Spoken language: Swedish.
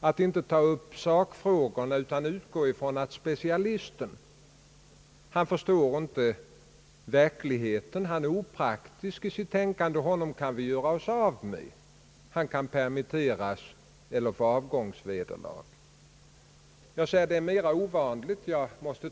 Man tar inte upp sakfrågorna utan utgår från att specialisten inte förstår verkligheten. Han är opraktisk i sitt tänkande. Honom kan vi göra oss av med — han kan permitteras eller få avgångsvederlag. Jag säger att denna teknik är mera ovanlig.